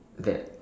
that